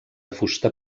fusta